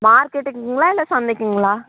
மார்கெட்டுக்குங்களா இல்லை சந்தைக்குங்களா